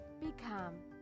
Become